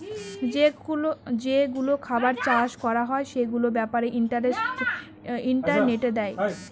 যেগুলো খাবার চাষ করা হয় সেগুলোর ব্যাপারে ইন্টারনেটে দেয়